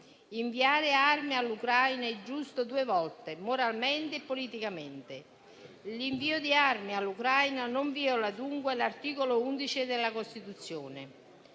Inviare armi all'Ucraina è giusto due volte: moralmente e politicamente. L'invio di armi all'Ucraina non viola dunque l'articolo 11 della Costituzione,